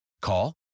Call